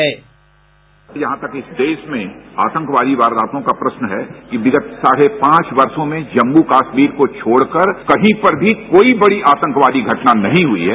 sound bite जहां तक इस देश में आतंकवादी वारदातों का प्रश्न है कि विगत साढ़े पांच वर्षो में जम्मू कश्मीर को छोड़कर कहीं पर भी कोई बड़ी आतंकवादी घटना नहीं हुई है